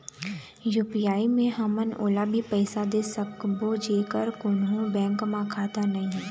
UPI मे हमन ओला भी पैसा दे सकबो जेकर कोन्हो बैंक म खाता नई हे?